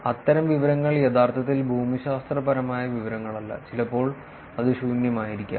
അത്തരം വിവരങ്ങൾ യഥാർത്ഥത്തിൽ ഭൂമിശാസ്ത്രപരമായ വിവരങ്ങളല്ല ചിലപ്പോൾ അത് ശൂന്യമായിരിക്കാം